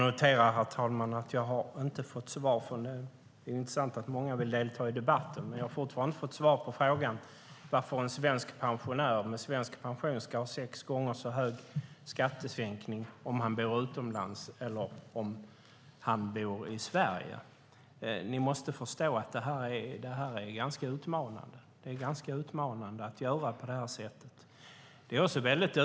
Herr talman! Det är intressant att många vill delta i debatten, men jag har fortfarande inte fått svar på varför en svensk pensionär med svensk pension ska ha sex gånger större skattesänkning om han bor utomlands jämfört med om han bor i Sverige. Ni måste förstå att det är ganska utmanande att göra på detta sätt.